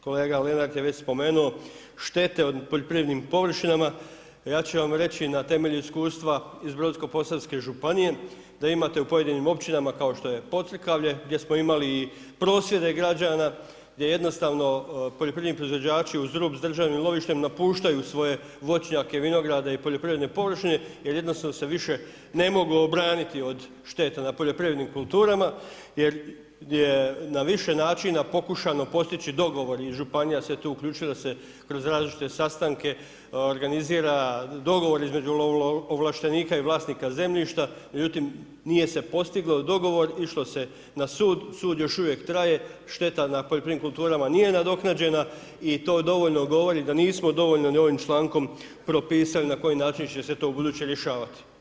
Kolega Lenart je već spomenuo štete na poljoprivrednim površinama, ja ću vam reći na temelju iskustva iz Brodsko-posavske županije, da imate u pojedinim općinama kao što je ... gdje smo imali i prosvjede građana, gdje jednostavno poljoprivredni proizvođači uz rub sa državnim lovištem, napuštaju svoje voćnjake, vinograde i poljoprivredne površine jer jednostavno se više ne mogu obraniti od šteta na poljoprivrednim kulturama jer je na više načina pokušano postići dogovor, i županija se tu uključila da se kroz različite sastanke organizira dogovor između lovoovlaštenika i vlasnika zemljišta međutim, nije se postigao dogovor, išlo se na sud, sud još uvijek traje, šteta na poljoprivrednim kulturama nije nadoknađena i to dovoljno govori da nismo dovoljno ni ovim člankom propisali na koji način će se to ubuduće rješavati.